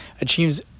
achieves